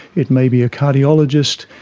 it may be a cardiologist,